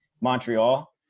Montreal